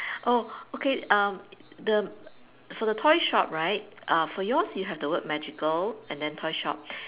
oh okay um the for the toy shop right uh for yours you have the word magical and then toy shop